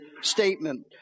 statement